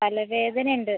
തലവേദന ഉണ്ട്